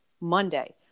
Monday